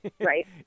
Right